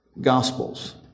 Gospels